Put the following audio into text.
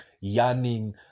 yearning